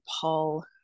Paul